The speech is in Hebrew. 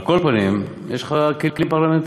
על כל פנים, יש לך כלים פרלמנטריים.